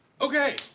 Okay